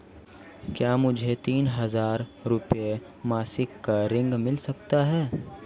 क्या मुझे तीन हज़ार रूपये मासिक का ऋण मिल सकता है?